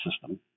system